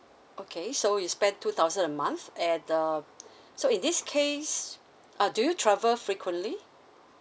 okay so you spend two thousand a month at uh so in this case ah do you travel frequently